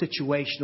situational